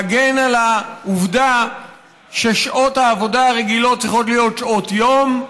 להגן על העובדה ששעות העבודה הרגילות צריכות להיות שעות יום,